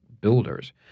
builders